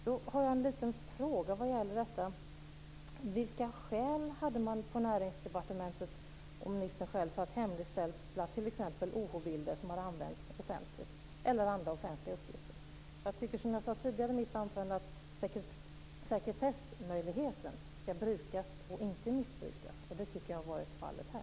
Då har jag en liten fråga vad gäller detta: Vilka skäl hade man på Näringsdepartementet och ministern själv för att hemligstämpla t.ex. OH-bilder som hade använts offentligt eller andra offentliga uppgifter? Jag tycker som jag sade tidigare i mitt anförande att sekretessmöjligheten ska brukas och inte missbrukas, som jag tycker har varit fallet här.